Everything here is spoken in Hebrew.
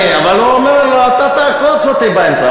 אבל הוא אומר לו: אתה תעקוץ אותי באמצע הנהר.